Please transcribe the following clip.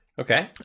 okay